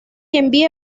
envía